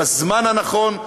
בזמן הנכון,